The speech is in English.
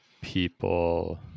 people